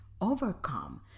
overcome